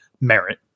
merit